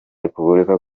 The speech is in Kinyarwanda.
repubulika